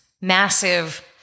massive